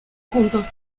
juntos